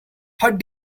heart